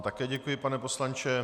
Také vám děkuji, pane poslanče.